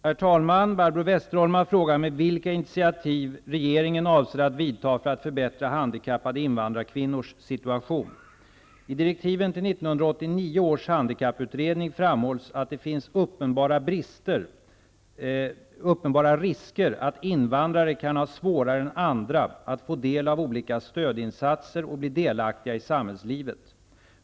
Herr talman! Barbro Westerholm har frågat mig vilka initiativ regeringen avser att vidta för att förbättra handikappade invandrarkvinnors situation. framhålls att det finns uppenbara risker att invandrare kan ha svårare än andra att få del av olika stödinsatser och bli delaktiga i samhällslivet.